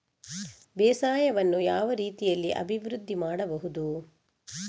ಬೇಸಾಯವನ್ನು ಯಾವ ರೀತಿಯಲ್ಲಿ ಅಭಿವೃದ್ಧಿ ಮಾಡಬಹುದು?